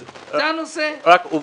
אז רק עובדתית,